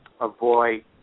avoid